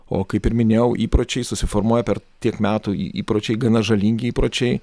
o kaip ir minėjau įpročiai susiformuoja per tiek metų įpročiai gana žalingi įpročiai